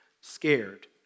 scared